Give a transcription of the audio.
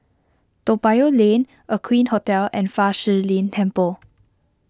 Toa Payoh Lane Aqueen Hotel and Fa Shi Lin Temple